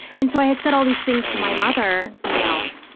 and so, i had said all these things to my mother, you know,